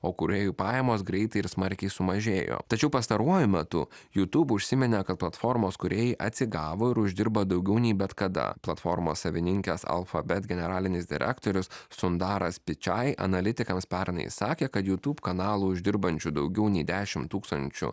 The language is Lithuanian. o kūrėjų pajamos greitai ir smarkiai sumažėjo tačiau pastaruoju metu jutūb užsiminė kad platformos kūrėjai atsigavo ir uždirba daugiau nei bet kada platformos savininkės alfa bet generalinis direktorius sundaras pičai analitikams pernai sakė kad jutūb kanalų uždirbančių daugiau nei dešim tūkstančių